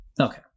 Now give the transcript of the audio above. Okay